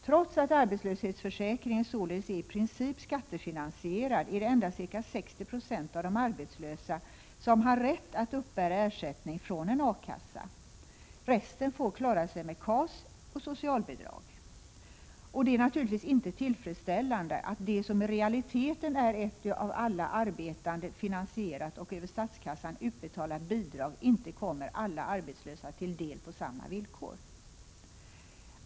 Trots att arbetslöshetsförsäkringen således är i princip skattefinansierad, är det endast ca 60 26 av de arbetslösa som äger rätt att uppbära ersättning från en A-kassa. Resten får klara sig med KAS och socialbidrag. Det är naturligtvis inte tillfredsställande att det som i realiteten är ett av alla arbetande finansierat och över statskassan utbetalat bidrag inte kommer alla arbetslösa till del på samma villkor.